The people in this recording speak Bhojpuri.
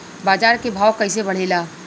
बाजार के भाव कैसे बढ़े ला?